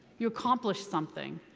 you accomplished something.